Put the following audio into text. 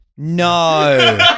No